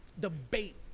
debate